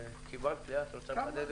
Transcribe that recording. את רוצה לחדד את זה?